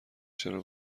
چرا